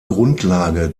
grundlage